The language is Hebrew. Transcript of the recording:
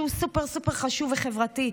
שהוא סופר-סופר-חשוב וחברתי.